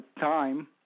time